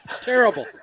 Terrible